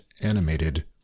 animated